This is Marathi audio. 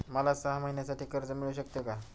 मला सहा महिन्यांसाठी कर्ज मिळू शकते का?